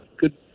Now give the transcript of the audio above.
Good